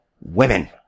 women